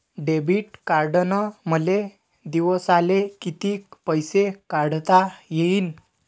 Debit कार्डनं मले दिवसाले कितीक पैसे काढता येईन?